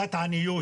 תעודת עניות